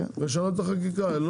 ולשנות את החקיקה, כן.